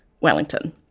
Wellington